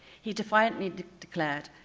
he defiantly declared,